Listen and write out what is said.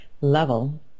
level